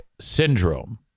syndrome